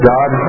God